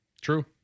True